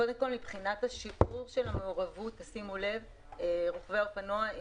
קודם כול, מבחינת השיעור של המעורבות, השיעור של